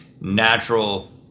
natural